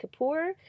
Kapoor